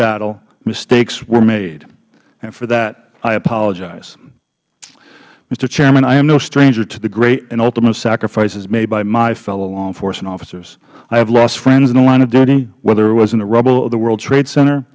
battle mistakes were made and for that i apologize mister chairman i am no stranger to the great and ultimate sacrifices made by my fellow law enforcement officers i have lost friends in the line of duty whether it was in the rubble of the world trade center